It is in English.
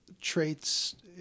traits